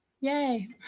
Yay